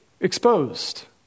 exposed